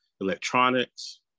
electronics